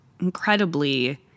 incredibly